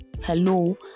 Hello